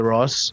Ross